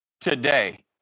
today